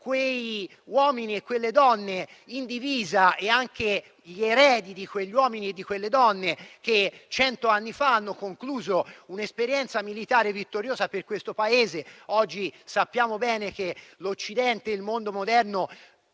gli uomini e le donne in divisa e gli eredi di quegli uomini e di quelle donne che cento anni fa hanno concluso un'esperienza militare vittoriosa per questo Paese. Oggi sappiamo bene che l'Occidente e il mondo moderno